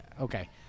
Okay